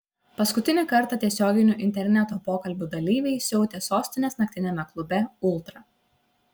paskutinį kartą tiesioginių interneto pokalbių dalyviai siautė sostinės naktiniame klube ultra